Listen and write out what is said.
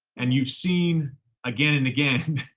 and you've seen again and again,